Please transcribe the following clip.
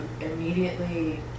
immediately